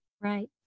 Right